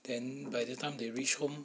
then by the time they reach home